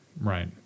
right